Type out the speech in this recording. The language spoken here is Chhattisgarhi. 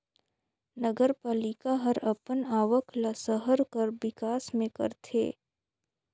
नगरपालिका हर अपन आवक ल सहर कर बिकास में करथे